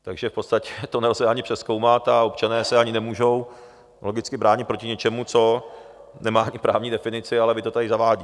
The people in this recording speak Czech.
Takže v podstatě to nelze ani přezkoumat a občané se ani nemůžou logicky bránit proti něčemu, co nemá právní definici, ale vy to tady zavádíte.